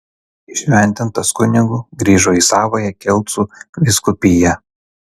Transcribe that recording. įšventintas kunigu grįžo į savąją kelcų vyskupiją